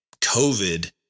COVID